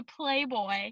playboy